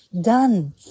Done